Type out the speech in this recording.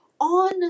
on